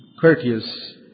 courteous